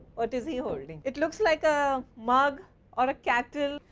what is he holding? it looks like a mug or a kettle.